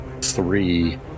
three